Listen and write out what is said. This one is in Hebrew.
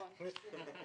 נכון.